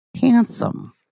Handsome